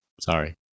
Sorry